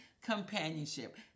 companionship